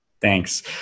Thanks